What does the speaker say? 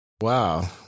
Wow